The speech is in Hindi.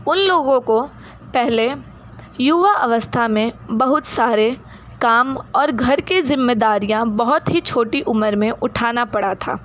उन लोगों को पहले युवा अवस्था में बहुत सारे काम और घर के जिम्मेदारियाँ बहुत ही छोटी उम्र में उठाना पड़ा था